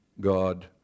God